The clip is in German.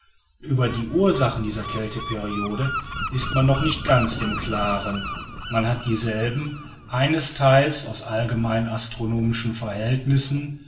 über die ursachen dieser kälteperiode ist man noch nicht ganz im klaren man hat dieselben einesteils aus allgemeinen astronomischen verhältnissen